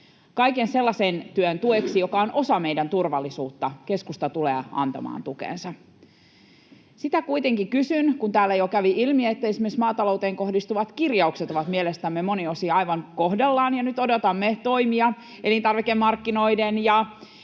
Kaiken sellaisen työn tueksi, joka on osa meidän turvallisuutta, keskusta tulee antamaan tukensa. Täällä jo kävi ilmi, että esimerkiksi maatalouteen kohdistuvat kirjaukset ovat mielestämme monin osin aivan kohdallaan ja nyt odotamme toimia elintarvikemarkkinoiden ja